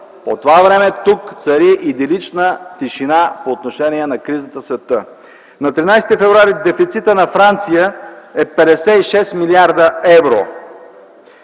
По това време тук цари идилична тишина по отношение на кризата в света. На 13 февруари дефицитът на Франция е 56 млрд. евро!